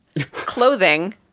clothing